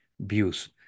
views